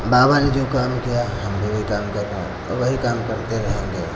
बाबा ने जो काम किया हम भी वही काम कर रहे हैं और वही काम करते रहेंगे